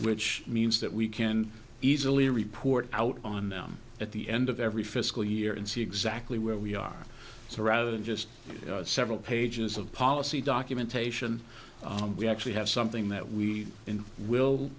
which means that we can easily report out on them at the end of every fiscal year and see exactly where we are so rather than just several pages of policy documentation we actually have something that we will